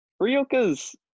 Ryoka's